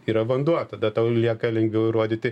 yra vanduo tada tau lieka lengviau įrodyti